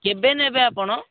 କେବେ ନେବେ ଆପଣ